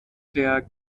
der